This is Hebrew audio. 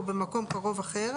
או במקום קרוב אחר,